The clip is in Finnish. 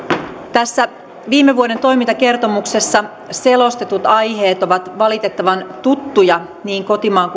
tässä viime vuoden toimintakertomuksessa selostetut aiheet ovat valitettavan tuttuja niin kotimaan